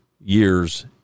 years